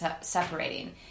separating